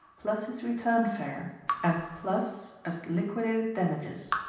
plus his return fare and plus, as liquidated damages,